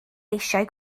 eisiau